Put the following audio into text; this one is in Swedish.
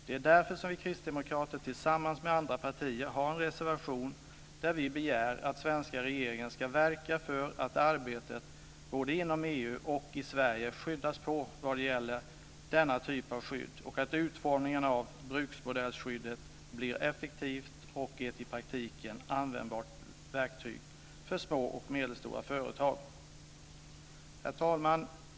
Det är därför som vi kristdemokrater tillsammans med andra partier har en reservation där vi begär att den svenska regeringen ska verka för att arbetet både inom EU och i Sverige skyndas på vad gäller denna typ av skydd och att utformningen av bruksmodellskyddet blir effektivt och ett i praktiken användbart verktyg för små och medelstora företag. Herr talman!